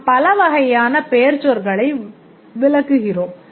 நாம் பலவகையான பெயர்ச்சொற்களை விலக்குகிறோம்